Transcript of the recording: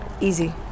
Easy